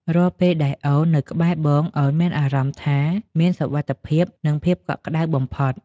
រាល់ពេលដែលអូននៅក្បែរបង អូនមានអារម្មណ៍ថាមានសុវត្ថិភាព និងភាពកក់ក្តៅបំផុត។